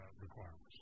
requirements